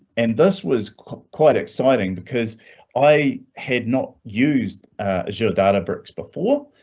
and this was quite exciting because i had not used azure data books before.